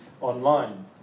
online